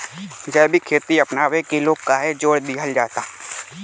जैविक खेती अपनावे के लोग काहे जोड़ दिहल जाता?